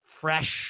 fresh